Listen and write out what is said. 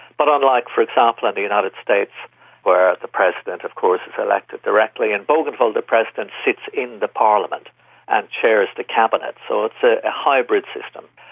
but unlike for example in the united states where the president of course is elected directly, in bougainville the president sits in the parliament and chairs the cabinet. so it's a hybrid system.